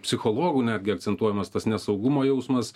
psichologų netgi akcentuojamas tas nesaugumo jausmas